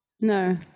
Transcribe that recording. No